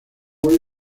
hoy